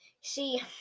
see